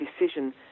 decision